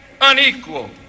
unequal